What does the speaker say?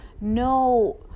no